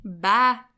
bye